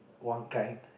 one kind